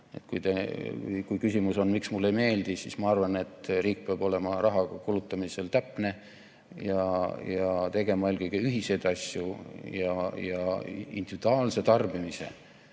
Kui küsimus on, miks mulle ei meeldi, siis ma arvan, et riik peab olema rahakulutamisel täpne, tegema eelkõige ühiseid asju ja individuaalse tarbimise